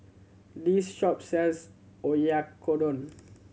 this shop sells Oyakodon